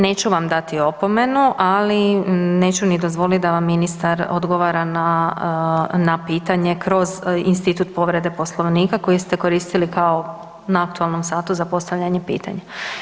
Neću vam dati opomenu, ali neću ni dozvoliti da vam ministar odgovara na pitanje kroz institut povrede Poslovnika koji ste koristili kao na aktualnom satu za postavljanje pitanja.